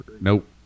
Nope